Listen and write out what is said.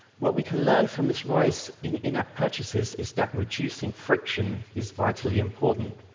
what we can learn from this rise in in-app purchases is that reducing friction is vitally important.